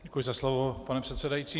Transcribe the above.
Děkuji za slovo, pane předsedající.